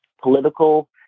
political